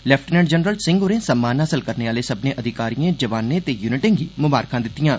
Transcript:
lieutenant general Singh होरें सम्मान हासल करने आह्लें सब्ननें अधिकारिएं जवानें ते युनिटें गी ममारखां दित्तिआं